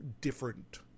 different